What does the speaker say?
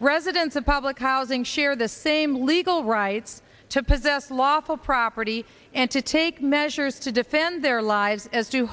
residents of public housing share the same legal rights to possess lawful property and to take measures to defend their lives as do